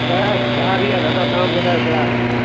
बसि भारी आहे दादा तव्हां ॿुधायो कहिड़ा हाल आहिनि